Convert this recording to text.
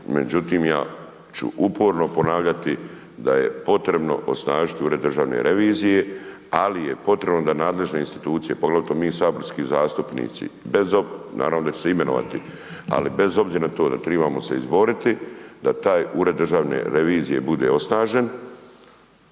međutim ja ću uporno ponavljati da je potrebno osnažiti Ured državne revizije, ali je potrebno da nadležne institucije poglavito mi saborski zastupnici bez, naravno da će se imenovati, ali bez obzira na to, da trebamo se izboriti da taj Ured državne revizije bude osnažen,